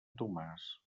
tomàs